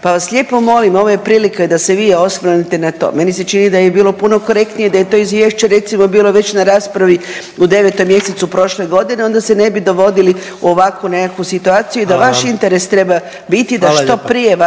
Pa vas lijepo molim ovo je prilika i da se vi osvrnete na to, meni se čini da bi bilo puno korektnije da je to izvješće recimo bilo već na raspravi u 9. mjesecu prošle godine onda se ne bi dovodili u ovakvu nekakvu situaciju i da vaš …/Upadica: Hvala